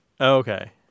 okay